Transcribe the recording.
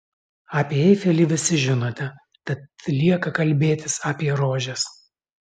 apie eifelį visi žinote tad lieka kalbėtis apie rožes